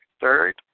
third